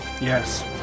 yes